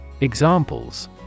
Examples